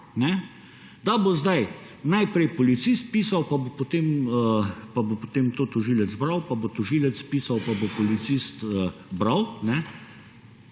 da bo zdaj najprej policist pisal pa bo potem to tožilec bral, pa tožilec pisal, pa bo policist bral,